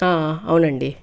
ఆ అవునండి